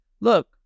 Look